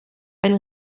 eine